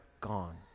gone